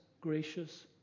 gracious